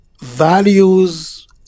values